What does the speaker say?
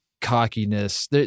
cockiness